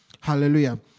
Hallelujah